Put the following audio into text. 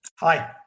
Hi